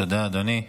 תודה, אדוני.